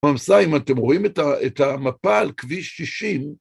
אם אתם רואים, אתם רואים את המפה על כביש 60,